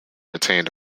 retained